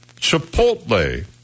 Chipotle